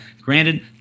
granted